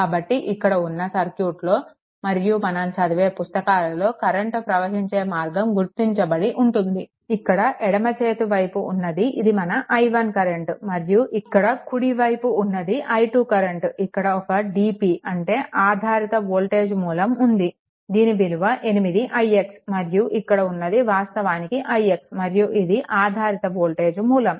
కాబట్టి ఇక్కడ ఉన్న సర్క్యూట్లో మరియు మనం చదివే పుస్తకాలలో కరెంట్ ప్రవహించే మార్గం గుర్తించబడి ఉంటుంది ఇక్కడ ఎడమ వైపు ఉన్నది ఇది మన i1 కరెంట్ మరియు ఇక్కడ కుడి వైపు ఉన్నది i2 కరెంట్ ఇక్కడ ఒక DP అంటే ఆధారిత వోల్టేజ్ మూలం ఉంది దీని విలువ 8ix మరియు ఇక్కడ ఉన్నది వాస్తవానికి ix మరియు ఇది ఆధారిత వోల్టేజ్ మూలం